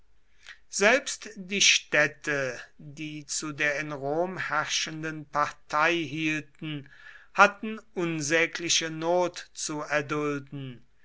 selbst die städte die zu der in rom herrschenden partei hielten hatten unsägliche not zu erdulden